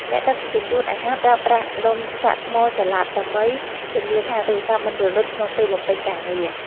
អ្នកដឹកជញ្ជូនអាហារប្រើប្រាស់ដុំសាកថ្មចល័ត ដើម្បីធានាថាទូរសព្ទមិនរលត់ក្នុងពេលបំពេញការងារ។